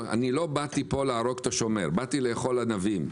לא באתי כדי להרוג את השומר אלא לאכול ענבים.